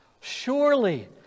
Surely